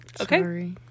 Okay